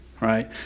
right